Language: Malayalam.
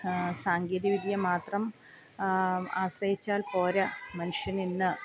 സാങ്കേദ്യവിദ്യ മാത്രം ആശ്രയിച്ചാൽ പോരാ മനുഷ്യനിന്ന്